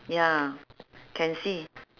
ya can see